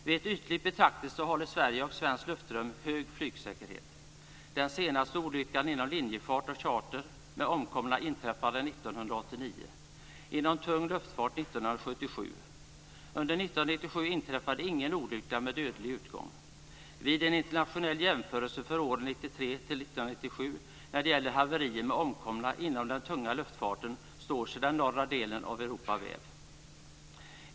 Vid en ytlig betraktelse är flygsäkerheten hög i Sverige och i det svenska luftrummet. Inom linjefart och charter inträffade den senaste olyckan med omkomna 1989. Inom tung luftfart inträffade den senaste dödsolyckan 1977. Under 1997 inträffade ingen olycka med dödlig utgång. Vid en internationell jämförelse av haverier med omkomna inom den tunga luftfarten under åren 1993-1997 står sig den norra delen av Europa väl.